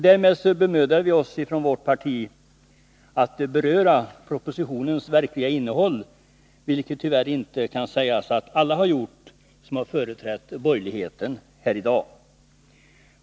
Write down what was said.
Därmed bemödar vi oss inom mitt parti om att beröra propositionens verkliga innehåll, något som tyvärr inte kan sägas att alla har gjort som företrätt borgerligheten i dag.